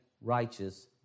righteous